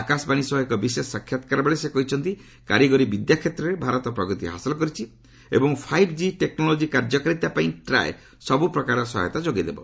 ଆକାଶବାଣୀ ସହ ଏକ ବିଶେଷ ସାକ୍ଷାତକାର ବେଳେ ସେ କହିଛନ୍ତି କାରିଗରି ବିଦ୍ୟା କ୍ଷେତ୍ରରେ ଭାରତ ପ୍ରଗତି ହାସଲ କରିଛି ଏବଂ ଫାଇଭ୍ ଜି ଟେକ୍ନୋଲୋଜି କାର୍ଯ୍ୟକାରିତା ପାଇଁ ଟ୍ରାଏ ସବୁ ପ୍ରକାର ସହାୟତା ଯୋଗାଇ ଦେବ